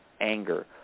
anger